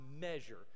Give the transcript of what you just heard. measure